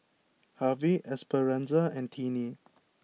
Harvie Esperanza and Tiney